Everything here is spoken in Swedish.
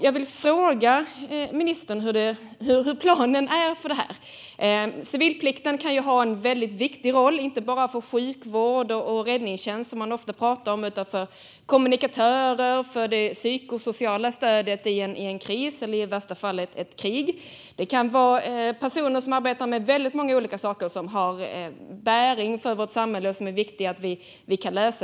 Jag vill fråga ministern hur planen för detta ser ut. Civilplikten kan ha en väldigt viktig roll inte bara för sjukvård och räddningstjänst, som man ofta pratar om, utan också för kommunikatörer och för det psykosociala stödet i en kris eller i värsta fall ett krig. Det kan vara personer som arbetar med många olika saker som har bäring på vårt samhälle och som det är viktigt att vi kan lösa.